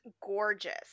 gorgeous